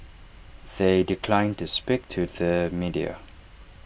they declined to speak to the media